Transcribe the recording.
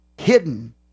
Hidden